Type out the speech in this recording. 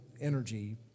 energy